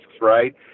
right